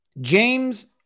James